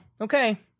okay